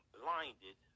blinded